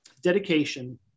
Dedication